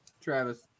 Travis